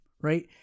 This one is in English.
right